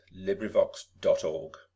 LibriVox.org